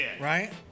Right